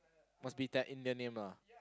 must be that Indian name lah